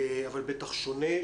אבל בטח שונה.